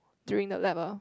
during the lab ah